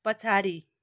पछाडि